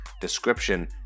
description